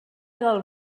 del